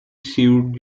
sued